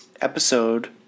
episode